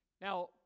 Now